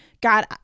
God